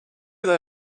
they